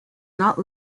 not